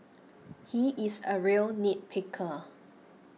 he is a real nit picker